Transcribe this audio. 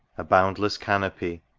a boundless canopy.